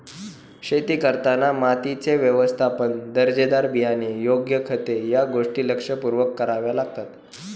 शेती करताना मातीचे व्यवस्थापन, दर्जेदार बियाणे, योग्य खते या गोष्टी लक्षपूर्वक कराव्या लागतात